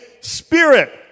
spirit